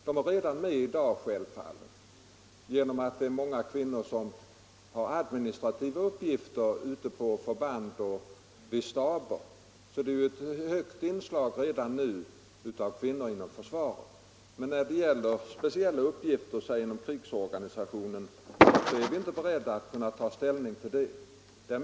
De är som sagt med redan i dag, eftersom många kvinnor har administrativa uppgifter ute på förband och vid staber; det är alltså ett stort inslag av kvinnor inom försvaret redan nu. Jag är inte just nu beredd att ta ställning till om kvinnorna skall få speciella uppgifter inom exempelvis krigsorganisationen.